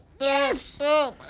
Yes